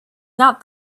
not